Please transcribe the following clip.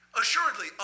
assuredly